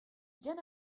bien